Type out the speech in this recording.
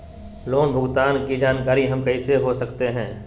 Loan भुगतान की जानकारी हम कैसे हो सकते हैं?